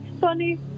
funny